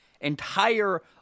entire